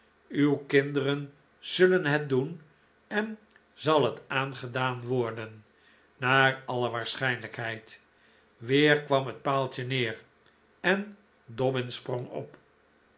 uw kinderen zullen het doen en zal het aangedaan worden naar alle waarschijnlijkheid weer kwam het paaltje neer en dobbin sprang op